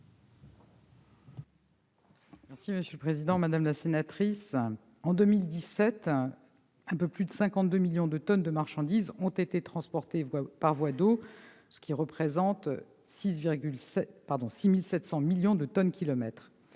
est à Mme la ministre. Madame la sénatrice, en 2017, un peu plus de 52 millions de tonnes de marchandises ont été transportées par voie d'eau, ce qui représente 6 700 millions de tonnes-kilomètres.